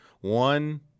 One